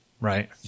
right